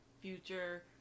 future